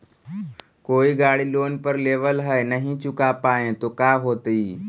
कोई गाड़ी लोन पर लेबल है नही चुका पाए तो का होतई?